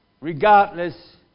regardless